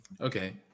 Okay